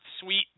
Sweet